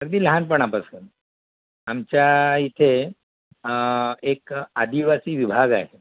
अगदी लहानपणापासून आमच्या इथे एक आदिवासी विभाग आहे